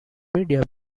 media